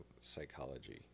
psychology